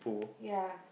ya